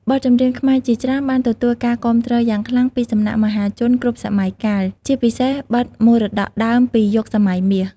បទចម្រៀងខ្មែរជាច្រើនបានទទួលការគាំទ្រយ៉ាងខ្លាំងពីសំណាក់មហាជនគ្រប់សម័យកាល ជាពិសេសបទមរតកដើមពីយុគសម័យមាស។